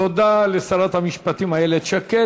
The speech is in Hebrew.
תודה לשרת המשפטים איילת שקד.